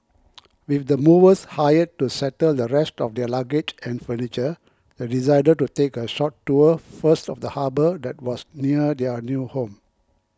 with the movers hired to settle the rest of their luggage and furniture they decided to take a short tour first of the harbour that was near their new home